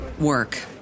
work